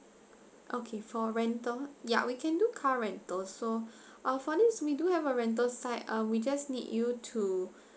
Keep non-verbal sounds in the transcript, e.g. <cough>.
okay for rental ya we can do car rental so <breath> uh for this we do have a rental site uh we just need you to